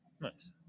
Nice